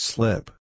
Slip